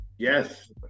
Yes